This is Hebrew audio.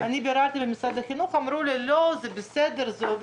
ביררתי במשרד החינוך ואמרו לי שזה עובד.